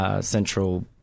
central